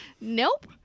Nope